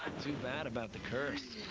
too bad about the curse.